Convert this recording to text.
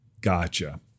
Gotcha